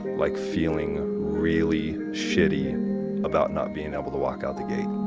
like feeling really shitty about not being able to walk out the gate.